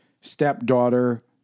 stepdaughter